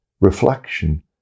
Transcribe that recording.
reflection